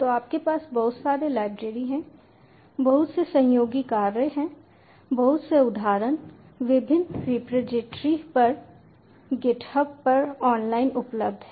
तो आपके पास बहुत सारे लाइब्रेरी हैं बहुत से सहयोगी कार्य हैं बहुत से उदाहरण विभिन्न रिपॉजिटरी पर गिटहब पर ऑनलाइन उपलब्ध हैं